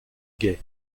gay